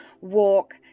walk